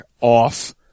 off